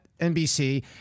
NBC